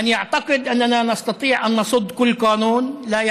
מי שחושב שאנו יכולים לסכל כל חוק אינו יודע